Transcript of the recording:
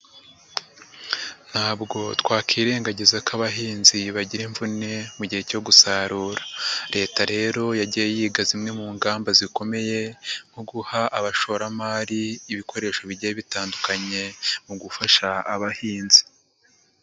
Ntabwo twakwingagiza ko abahinzi bagira imvune mu gihe cyo gusarura, Leta rero yagiye yiga zimwe mu ngamba zikomeye nko guha abashoramari ibikoresho bigiye bitandukanye mu gufasha abahinzi.